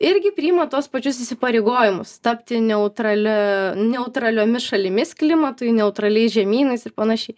irgi priima tuos pačius įsipareigojimus tapti neutrali neutraliomis šalimis klimatui neutraliais žemynais ir panašiai